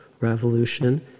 revolution